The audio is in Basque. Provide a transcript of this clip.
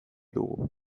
dugu